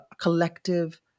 collective